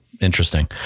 Interesting